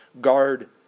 guard